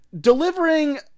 delivering